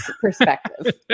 perspective